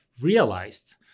realized